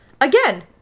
Again